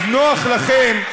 אז נוח לכם,